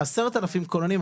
10 אלף כוננים,